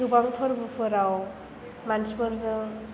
गोबां फोरबोफोराव मानसिफोरजों